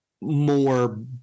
more